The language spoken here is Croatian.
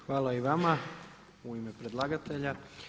Hvala i vama u ime predlagatelja.